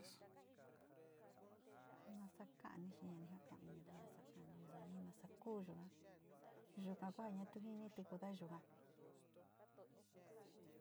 Nasa ka´ani jia ni ju ku´un inida, nasa kani ni yuga nasa ku yuga, yuka ku kua tu jinida yugaa.